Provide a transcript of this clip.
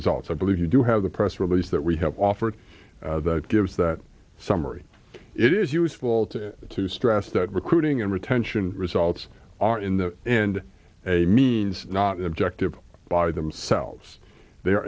results i believe you do have the press release that we have offered that gives that summary it is useful to to stress that recruiting and retention results are in the end a means not an objective by themselves they